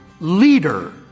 leader